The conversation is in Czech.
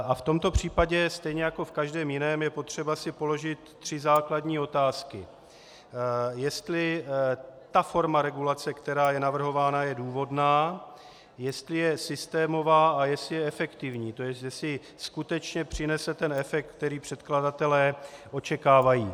A v tomto případě, stejně jako v každém jiném, je potřeba si položit tři základní otázky jestli forma regulace, která je navrhována, je důvodná, jestli je systémová a jestli je efektivní, to jest jestli skutečně přinese ten efekt, který předkladatelé očekávají.